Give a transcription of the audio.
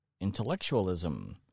Intellectualism